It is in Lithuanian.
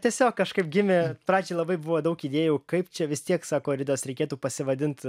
tiesiog kažkaip gimė pradžioj labai buvo daug idėjų kaip čia vis tiek sako ridas reikėtų pasivadint